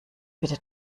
bitte